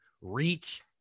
reach